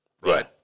right